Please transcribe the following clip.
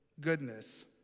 goodness